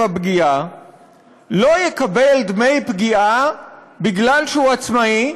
הפגיעה לא יקבל דמי פגיעה בגלל שהוא עצמאי,